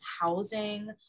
housing